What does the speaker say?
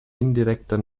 indirekter